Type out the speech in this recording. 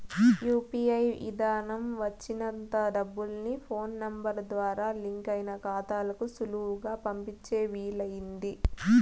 UPI విదానం వచ్చినంత డబ్బుల్ని ఫోన్ నెంబరు ద్వారా లింకయిన కాతాలకు సులువుగా పంపించే వీలయింది